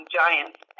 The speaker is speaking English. giants